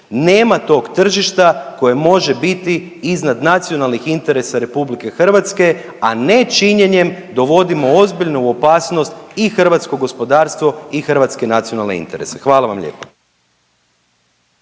Nema tog tržišta koje može biti iznad nacionalnih interesa RH, a ne činjenjem dovodimo ozbiljno u opasnost i hrvatsko gospodarstvo i hrvatske nacionalne interese. Hvala vam lijepa.